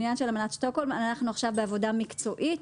בעניין של אמנת שטוקהולם אנחנו עכשיו בעבודה מקצועית.